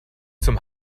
zum